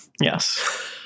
Yes